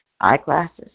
eyeglasses